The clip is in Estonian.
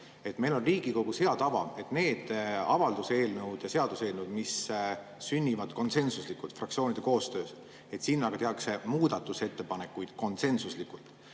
et meil on Riigikogus hea tava, et need avalduse eelnõud ja seaduseelnõud, mis sünnivad konsensuslikult, fraktsioonide koostöös, nende kohta tehakse ka muudatusettepanekuid konsensuslikult.